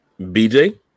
BJ